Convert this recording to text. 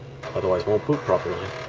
otherwise won't boot properly